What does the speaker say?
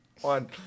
one